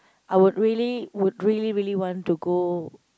I would really would really really want to go